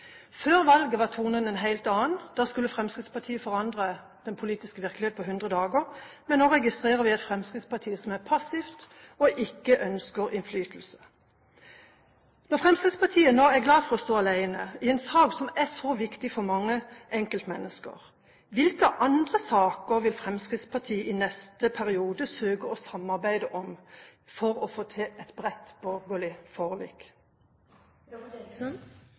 Før valget var tonen en helt annen. Da skulle Fremskrittspartiet forandre den politiske virkelighet på 100 dager. Men nå registrerer vi at det er et Fremskrittsparti som er passivt, og som ikke ønsker innflytelse. Når Fremskrittspartiet nå er glad for å stå alene i en sak som er så viktig for mange enkeltmennesker, hvilke andre saker vil Fremskrittspartiet i neste periode søke å samarbeide om for å få til et bredt borgerlig